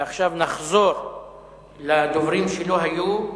עכשיו נחזור לדוברים שלא היו.